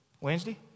Wednesday